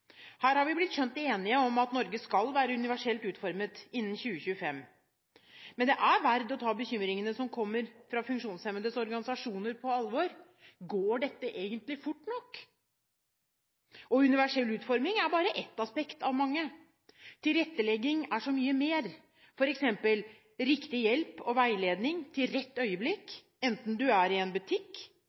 Her har vi blitt skjønt enige om at Norge skal være universelt utformet innen 2025. Men det er verd å ta bekymringene som kommer fra funksjonshemmedes organisasjoner, på alvor: Går dette egentlig fort nok? Universell utforming er bare ett aspekt av mange. Tilrettelegging er så mye mer, f.eks. riktig hjelp og veiledning til rett øyeblikk, enten man er i en butikk